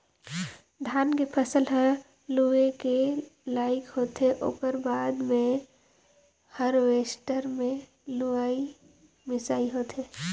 धान के फसल ह लूए के लइक होथे ओकर बाद मे हारवेस्टर मे लुवई मिंसई होथे